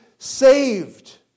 Saved